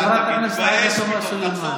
חברת הכנסת עאידה תומא סלימאן.